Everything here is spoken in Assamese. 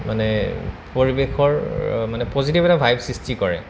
মানে পৰিৱেশৰ মানে পজিটিভ এটা ভাইভ সৃষ্টি কৰে